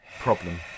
problem